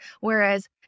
Whereas